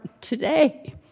today